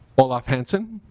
olaf hansen